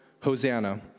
Hosanna